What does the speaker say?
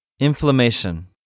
Inflammation